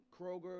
Kroger